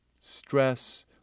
stress